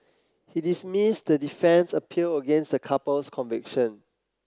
he dismissed the defence appeal against the couple's conviction